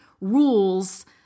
rules